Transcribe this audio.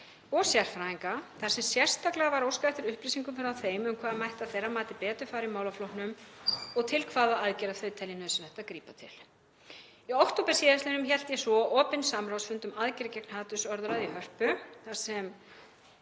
og sérfræðinga þar sem sérstaklega var óskað eftir upplýsingum frá þeim um hvað mætti að þeirra mati betur fara í málaflokknum og hvaða aðgerða þau teldu nauðsynlegt að grípa til. Í október síðastliðnum hélt ég svo opinn samráðsfund um aðgerðir gegn hatursorðræðu í Hörpu þar sem